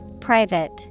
Private